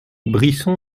brisson